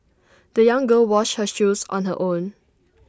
the young girl washed her shoes on her own